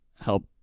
help